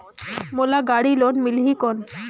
मोला गाड़ी लोन मिलही कौन?